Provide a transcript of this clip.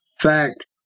fact